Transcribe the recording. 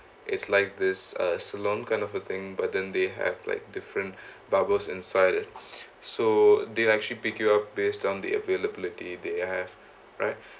it's like this uh salon kind of a thing but then they have like different barbers inside it so they like actually pick you up based on the availability they have right